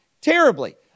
terribly